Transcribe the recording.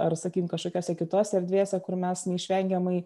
ar sakykim kažkokiose kitose erdvėse kur mes neišvengiamai